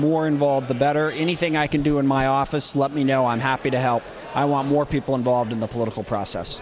more involved the better anything i can do in my office let me know i'm happy to help i want more people involved in the political process